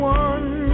one